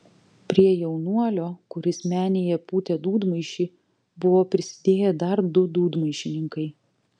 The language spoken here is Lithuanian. prie jaunuolio kuris menėje pūtė dūdmaišį buvo prisidėję dar du dūdmaišininkai